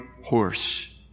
horse